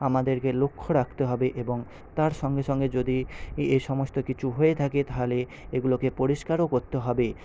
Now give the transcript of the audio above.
আমাদেরকে লক্ষ্য রাখতে হবে এবং তার সঙ্গে সঙ্গে যদি এই সমস্ত কিছু হয়ে থাকে তাহলে এগুলোকে পরিষ্কারও করতে হবে